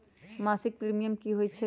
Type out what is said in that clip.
मासिक प्रीमियम की होई छई?